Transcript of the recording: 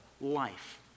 life